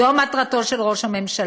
זו מטרתו של ראש הממשלה,